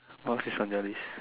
what else is on the list